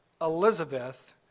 Elizabeth